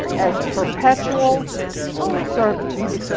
as perpetual servitude.